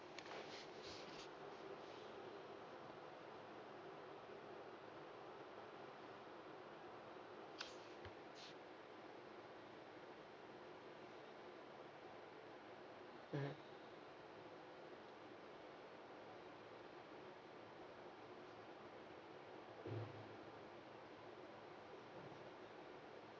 mm